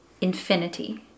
infinity